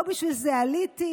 לא בשביל זה עליתי,